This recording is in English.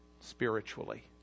spiritually